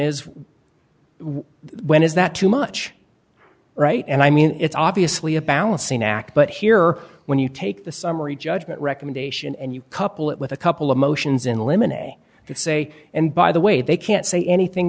is when is that too much right and i mean it's obviously a balancing act but here when you take the summary judgment recommendation and you couple it with a couple of motions in limine a say and by the way they can't say anything